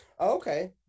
Okay